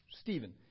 Stephen